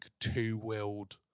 two-wheeled